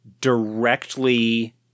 directly